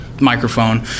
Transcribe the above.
microphone